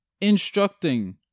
instructing